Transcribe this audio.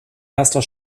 erster